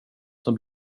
som